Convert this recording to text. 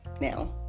now